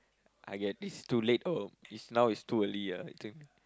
I get is too late or is now is too early ah I think